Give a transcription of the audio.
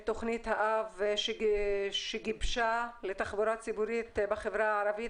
תוכנית האב שגיבשה לתחבורה ציבורית בחברה הערבית,